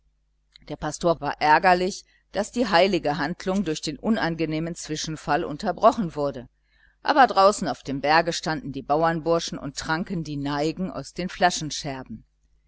der pastor war ärgerlich daß die heilige handlung durch den unangenehmen zwischenfall unterbrochen wurde aber draußen auf dem berge standen die bauernburschen und tranken die neigen aus den